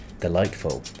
delightful